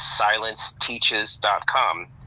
silenceteaches.com